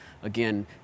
Again